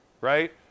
right